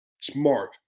smart